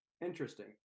Interesting